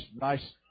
Nice